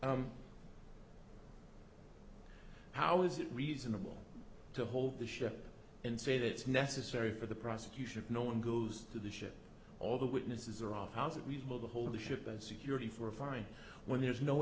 how is it reasonable to hold the ship and say that it's necessary for the prosecution no one goes to the ship all the witnesses are off how is it reasonable to hold the ship of security for a fine when there's no